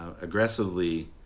aggressively